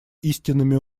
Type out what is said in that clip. истинными